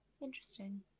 interesting